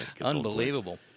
Unbelievable